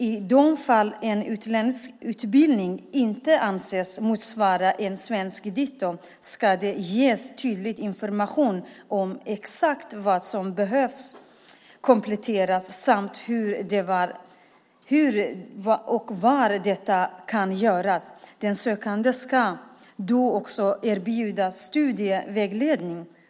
I de fall en utländsk utbildning inte anses motsvara en svensk dito ska det ges tydlig information om exakt vad som behöver kompletteras samt hur och var detta kan göras. Den sökande ska då också erbjudas studievägledning.